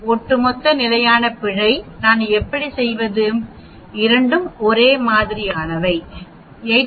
ஒட்டுமொத்த நிலையான பிழை நான் எப்படி செய்வது இரண்டும் ஒரே மாதிரியானவை 89